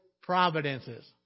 providences